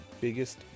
biggest